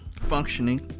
functioning